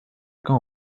como